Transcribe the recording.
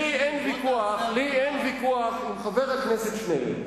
לי אין ויכוח עם חבר הכנסת שנלר.